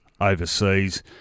Overseas